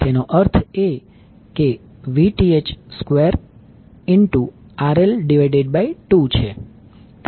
તેનો અર્થ એ કે 2 RL2 છે